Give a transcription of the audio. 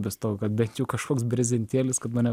be stogo bent jau kažkoks brezentėlis kad mane